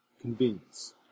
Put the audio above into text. convenience